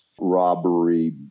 robbery